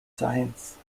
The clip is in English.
science